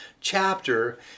chapter